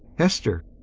hester.